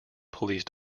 police